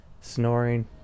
snoring